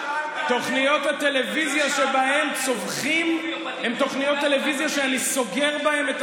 תוכניות הטלוויזיה שבהן צווחים הן תוכניות הטלוויזיה שאני סוגר בהן,